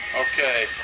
okay